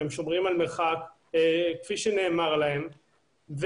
הם שומרים על מרחק כפי שנאמר להם,